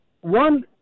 one